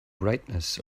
brightness